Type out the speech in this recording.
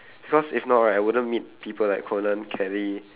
because if not right I wouldn't meet people like Collen Kelly